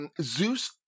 Zeus